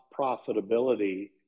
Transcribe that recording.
profitability